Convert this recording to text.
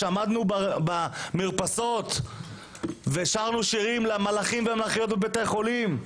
כשעמדנו במרפסות ושרנו שירים למלאכים ולמלאכיות בבתי החולים,